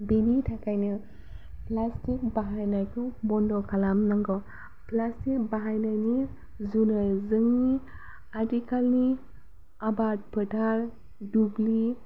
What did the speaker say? बिनि थाखायनो प्लास्टिक बाहायनायखौ बन्द खालाम नांगौ प्लास्टिक बाहायनायनि जुनै जोंनि आथिखालनि आबाद फोथार दुब्लि